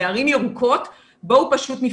בערים ירוקות בואו פשוט נפתח.